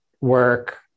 work